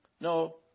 No